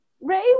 Ray